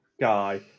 guy